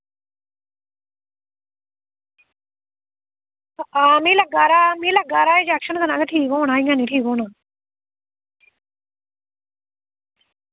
मिगी लग्गा दा मिगी लग्गा दा एह् इंजेक्शन कन्नै गै ठीक होना इंया निं ठीक होना एह्